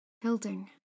Hilding